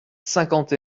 cinquante